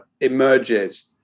emerges